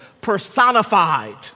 personified